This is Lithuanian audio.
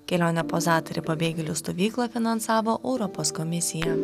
kelionę po zatari pabėgėlių stovyklą finansavo europos komisija